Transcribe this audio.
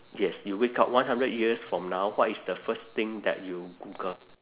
yes you wake up one hundred years from now what is the first thing that you google